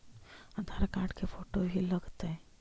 आधार card के photo भी लग तै?